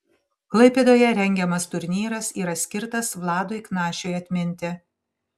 klaipėdoje rengiamas turnyras yra skirtas vladui knašiui atminti